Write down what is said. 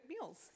meals